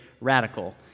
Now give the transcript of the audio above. radical